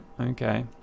okay